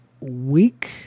week